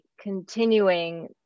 continuing